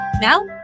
Now